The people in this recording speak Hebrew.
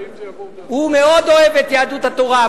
הוא מאוד אוהב את יהדות התורה,